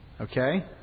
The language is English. Okay